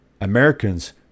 Americans